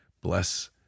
Bless